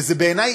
ובעיני,